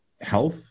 health